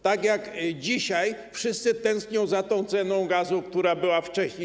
Tak jak dzisiaj wszyscy tęsknią za tą ceną gazu, która była wcześniej.